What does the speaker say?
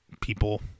people